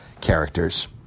characters